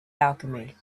alchemy